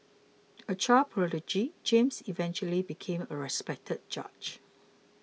a child prodigy James eventually became a respected judge